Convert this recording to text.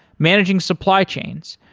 managing supply chains,